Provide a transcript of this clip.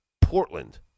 Portland